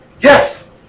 Yes